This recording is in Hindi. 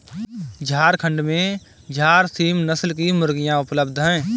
झारखण्ड में झारसीम नस्ल की मुर्गियाँ उपलब्ध है